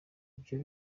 ibyo